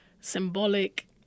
symbolic